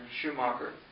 Schumacher